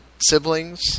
siblings